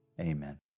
amen